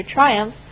triumph